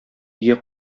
өйгә